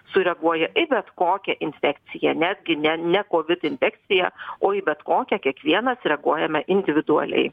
sureaguoja į bet kokią infekciją netgi ne ne kovid infekciją o į bet kokią kiekvienas reaguojame individualiai